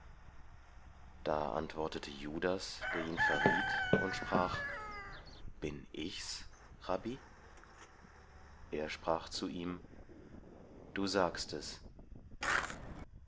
da antwortete judas der ihn verriet und sprach bin ich's rabbi er sprach zu ihm du sagst es